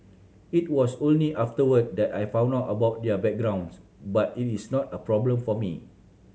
it was only afterward that I found out about their backgrounds but it is not a problem for me